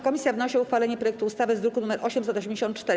Komisja wnosi o uchwalenie projektu ustawy z druku nr 884.